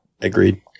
agreed